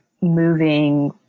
moving